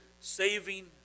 saving